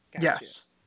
yes